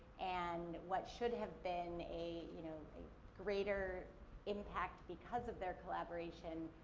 and what should have been a you know a greater impact because of their collaboration,